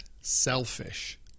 selfish